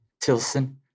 Tilson